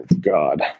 God